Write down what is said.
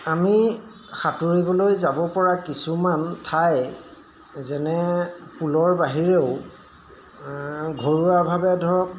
আমি সাঁতুৰিবলৈ যাব পৰা কিছুমান ঠাই যেনে পুলৰ বাহিৰেও ঘৰুৱাভাৱে ধৰক